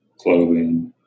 clothing